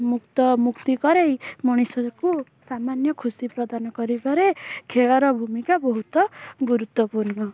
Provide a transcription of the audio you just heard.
ମୁକ୍ତ ମୁକ୍ତି କରେଇ ମଣିଷକୁ ସାମାନ୍ୟ ଖୁସି ପ୍ରଦାନ କରିବାରେ ଖେଳର ଭୂମିକା ବହୁତ ଗୁରୁତ୍ଵପୂର୍ଣ୍ଣ